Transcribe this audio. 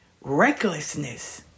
recklessness